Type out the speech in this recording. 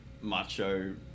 macho